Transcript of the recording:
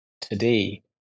today